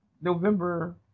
November